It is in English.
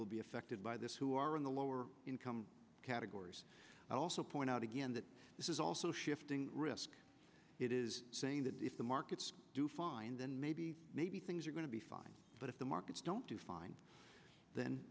will be affected by this who are in the lower income categories and also point out again that this is also shifting risk it is saying that if the markets do fine then maybe maybe things are going to be fine but if the markets don't do fine then